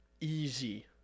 easy